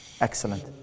Excellent